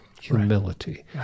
humility